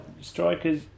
Strikers